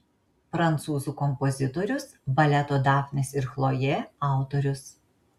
prancūzų kompozitorius baleto dafnis ir chlojė autorius